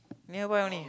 nearby only